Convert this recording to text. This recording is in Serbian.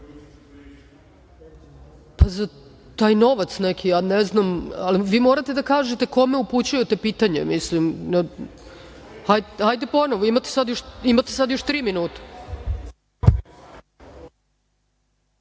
Taj novac neki, ja ne znam, ali vi morate da kažete kome upućujete pitanje. Hajde ponovo, imate sada još tri minuta.